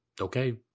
okay